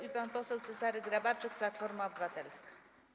I pan poseł Cezary Grabarczyk, Platforma Obywatelska.